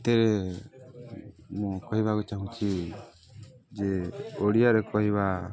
ଏଥିରେ ମୁଁ କହିବାକୁ ଚାହୁଁଛି ଯେ ଓଡ଼ିଆରେ କହିବା